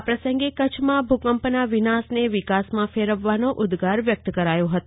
આ પ્રસંગે કચ્છમાં ભૂકંપના વિનાશને વિકાસમાં ફેરવવાનો ઉદગાર વ્યક્ત કર્યો હતો